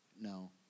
no